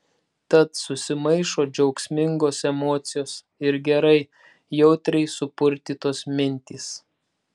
tad susimaišo džiaugsmingos emocijos ir gerai jautriai supurtytos mintys